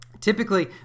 typically